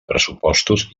pressupostos